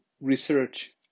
research